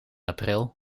april